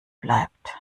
bleibt